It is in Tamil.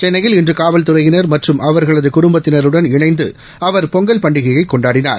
சென்னையில் இன்று காவல்துறையினா் மற்றும் அவாகளது குடும்பத்தினருடன் இணைந்து அவர் பொங்கல் பண்டிகையை கொண்டாடினார்